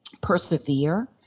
persevere